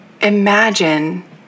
imagine